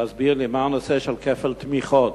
להסביר לי מה הנושא של כפל תמיכות.